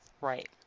Right